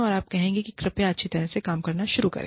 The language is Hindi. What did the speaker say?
और आप कहेंगे कि कृपया अच्छी तरह से काम करना शुरू करें